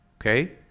okay